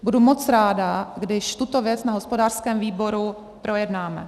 Budu moc ráda, když tuto věc na hospodářském výboru projednáme.